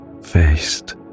faced